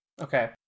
Okay